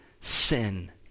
sin